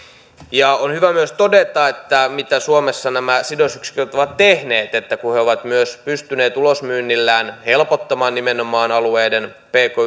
on hyvä myös todeta mitä suomessa nämä sidosyksiköt ovat tehneet että kun he ovat myös pystyneet ulosmyynnillään helpottamaan nimenomaan alueiden pk